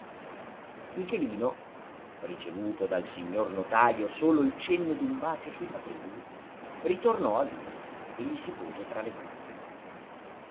michelino ricevuto dal signor notajo solo il cenno d'un bacio sui capelli ritornò a lui e gli si pose tra le gambe